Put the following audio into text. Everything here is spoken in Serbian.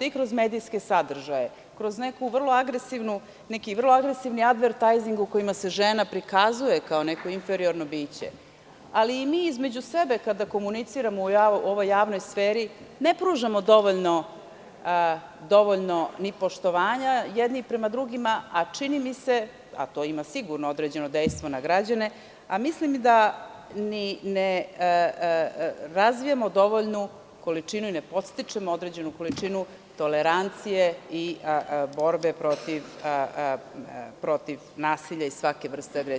i kroz medijske sadržaje i kroz neki vrlo agresivni advertajzing, u kojima se žena prikazuje kao neko inferiorno biće, ali i mi između sebe kada komuniciramo u ovoj javnoj sferi ne pružamo dovoljno ni poštovanja jedni prema drugima, a čini mi se, a to ima sigurno i određeno dejstvo na građane, da ne razvijamo dovoljnu količinu i ne podstičemo određenu količinu tolerancije i borbe protiv nasilja i svake vrste agresije.